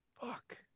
fuck